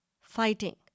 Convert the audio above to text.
fighting